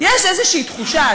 יש איזושהי תחושה,